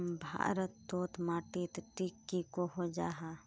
भारत तोत माटित टिक की कोहो जाहा?